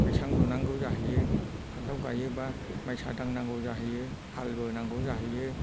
बैसां लुनांगौ जाहैयो फान्थाव गायोबा माइसा दांनांगौ जाहैयो हाल बोनांगौ जाहैयो